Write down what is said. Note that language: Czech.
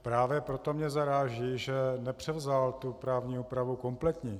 Právě proto mě zaráží, že nepřevzal tu právní úpravu kompletní.